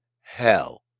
hell